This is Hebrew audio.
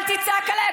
אל תצעק עליי.